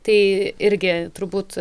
tai irgi turbūt